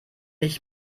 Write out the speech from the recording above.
ich